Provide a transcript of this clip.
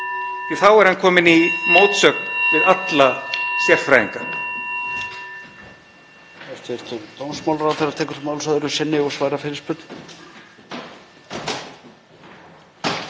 Þá er hann kominn í mótsögn við alla sérfræðinga.